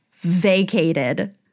vacated